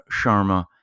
sharma